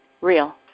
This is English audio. real